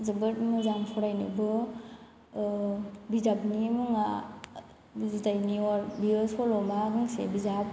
जोबोद मोजां फरायनोबो बिजाबनि मुङा जुजाइनि अर बेयो सल'मा गांसे बिजाब